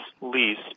lease